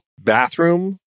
bathroom